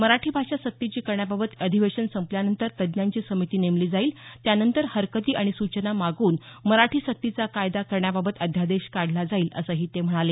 मराठी भाषा सक्तीची करण्याबाबत अधिवेशन संपल्यानंतर तज्ञांची समिती नेमली जाईल त्यानंतर हरकती आणि सूचना मागवून मराठी सक्तीचा कायदा करण्याबाबत अध्यादेश काढला जाईल असं ते म्हणाले